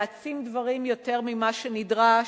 להעצים דברים יותר ממה שנדרש,